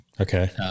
Okay